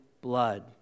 blood